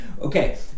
okay